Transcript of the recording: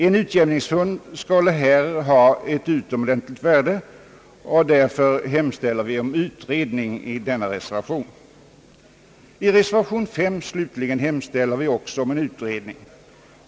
En utjämningsfond skulle här ha ett utomordentligt värde, och därför hemställer vi i denna reservation om utredning. I reservation 5 slutligen hemställer vi också om en utredning.